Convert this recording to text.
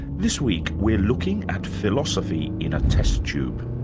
this week, we're looking at philosophy in a test tube.